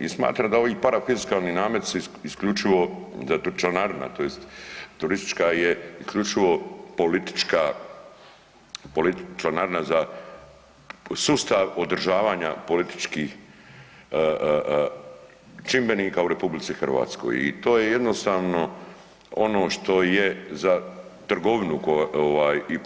I smatram da ovi parafiskalni nameti su isključivo, članarina turistička je isključivo politička članarina za sustav održavanja političkih čimbenika u RH i to je jednostavno ono što je za trgovinu i